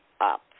up